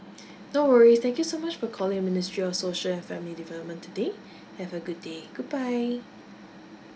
no worries thank you so much for calling ministry of social and family development today have a good day goodbye